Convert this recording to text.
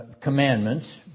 commandments